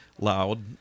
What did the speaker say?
loud